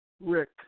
Rick